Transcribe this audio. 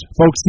folks